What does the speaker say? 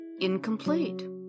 incomplete